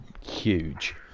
huge